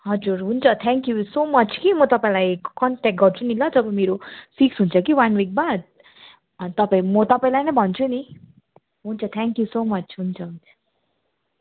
हजुर हुन्छ thank you so much कि म तपाईँलाई कन्ट्याक्ट गर्छु नि ल जब मेरो फिक्स हुन्छ कि वान विकबाद अनि तपाईँ म तपाईँलाई नै भन्छु नि हुन्छ थ्याङ्क यु सो मच हुन्छ हुन्छ